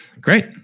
Great